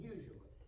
Usually